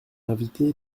invité